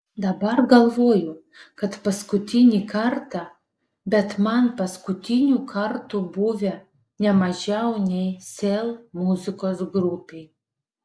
dabar galvoju kad paskutinį kartą bet man paskutinių kartų buvę ne mažiau nei sel muzikos grupei